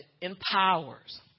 empowers